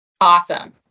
Awesome